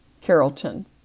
Carrollton